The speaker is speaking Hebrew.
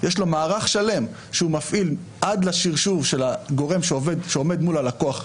יש לו מערך שלם שהוא מפעיל עד לשרשור של הגורם שעומד מול הלקוח,